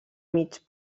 mig